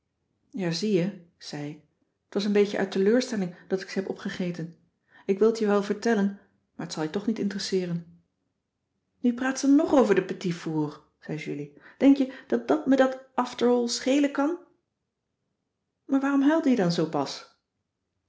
ja zie je zei ik t was een beetje uit teleurstelling dat ik ze heb opgegeten ik wil t je wel vertellen maar t zal je toch niet interesseeren nu praat ze nog over de petit fours zei julie denk je dat me dat after all schelen kan maar waarom huilde je dan zoopas